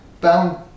bound